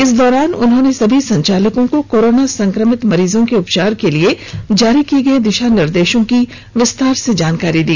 इस दौरान उन्होंने सभी संचालकों को कोरोना संक्रमित मरीजों के उपचार के लिए जारी किए गए दिशा निर्देशों की विस्तार से जानकारी दी